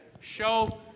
show